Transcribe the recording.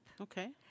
Okay